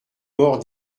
mort